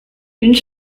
une